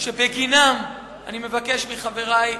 שבגינם אני מבקש מחברי בממשלה,